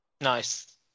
Nice